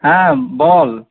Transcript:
হ্যাঁ বল